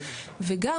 וגם,